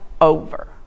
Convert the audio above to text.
over